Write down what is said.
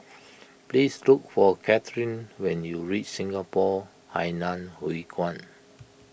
please look for Kathryn when you reach Singapore Hainan Hwee Kuan